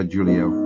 Julio